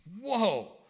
Whoa